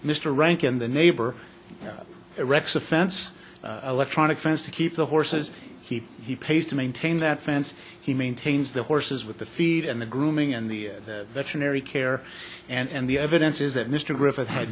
mr rankin the neighbor it wrecks a fence electronic fence to keep the horses heap he pays to maintain that fence he maintains the horses with the feed and the grooming and the veterinary care and the evidence is that mr griffith had